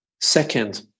Second